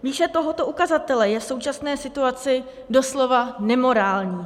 Výše tohoto ukazatele je v současné situaci doslova nemorální.